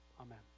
Amen